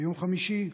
ביום חמישי,